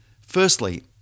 Firstly